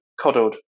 coddled